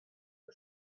the